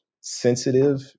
sensitive